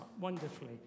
wonderfully